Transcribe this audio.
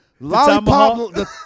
lollipop